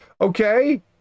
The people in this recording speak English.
Okay